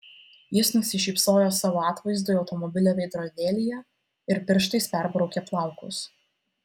jis nusišypsojo savo atvaizdui automobilio veidrodėlyje ir pirštais perbraukė plaukus